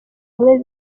umwe